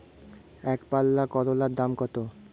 একপাল্লা করলার দাম কত?